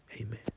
Amen